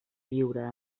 lliura